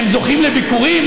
הם זוכים לביקורים,